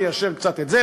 מיישר קצת את זה,